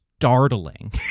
startling